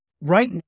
right